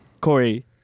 Corey